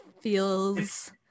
feels